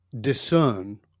discern